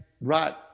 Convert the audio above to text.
right